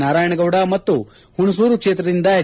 ನಾರಾಯಣಗೌಡ ಮತ್ತು ಹುಣಸೂರು ಕ್ಷೇತ್ರದ ಎಚ್